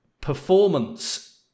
performance